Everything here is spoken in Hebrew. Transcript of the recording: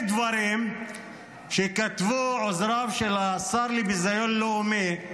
דברים שכתבו עוזריו של השר לביזיון לאומי,